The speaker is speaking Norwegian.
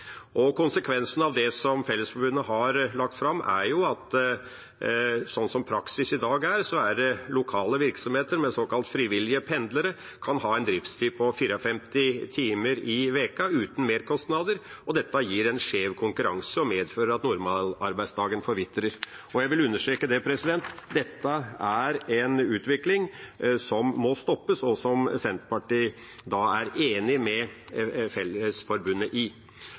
ikke. Konsekvensene av det som Fellesforbundet har lagt fram, er at slik som praksis er i dag, er det lokale virksomheter med såkalt frivillige pendlere som kan ha en driftstid på 54 timer i uka uten merkostnader. Dette gir en skjev konkurranse og medfører at normalarbeidsdagen forvitrer. Jeg vil understreke: Dette er en utvikling som må stoppes, og som Senterpartiet er enig med Fellesforbundet i.